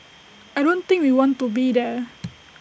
I don't think we want to be there